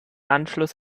anschluss